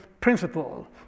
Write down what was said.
principle